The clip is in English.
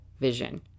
vision